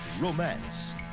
romance